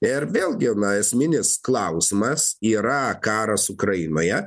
ir vėl gi esminis klausimas yra karas ukrainoje